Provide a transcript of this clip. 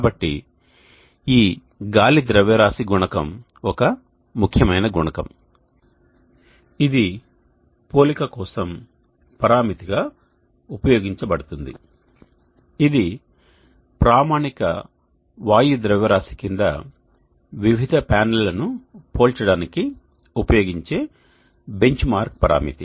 కాబట్టి ఈ గాలి ద్రవ్యరాశి గుణకం ఒక ముఖ్యమైన గుణకం ఇది పోలిక కోసం పరామితిగా ఉపయోగించబడుతుంది ఇది ప్రామాణిక వాయు ద్రవ్యరాశి కింద వివిధ ప్యానెల్లను పోల్చడానికి ఉపయోగించే బెంచ్మార్క్ పరామితి